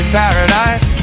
paradise